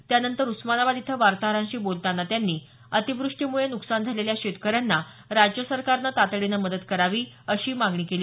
त्यानंतर उस्मानाबाद इथं वार्ताहरांशी बोलताना त्यांनी अतिवृष्टीमुळे नुकसान झालेल्या शेतकऱ्यांना राज्य सरकारने तातडीने मदत करावी अशी मागणी केली